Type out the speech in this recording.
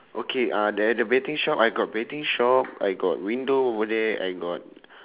okay uh there at the betting shop I got betting shop I got window over there I got